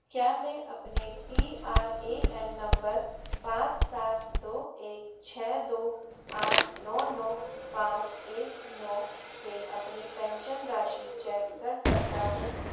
क्या मैं अपने P R A N number पाँच सात दो एक छ दो आठ नौ नौ पाँच एक नौ से अपनी पेंशन राशि चेक कर सकता हूँ